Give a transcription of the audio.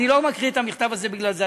אני לא מקריא את המכתב הזה בגלל זה,